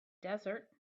desert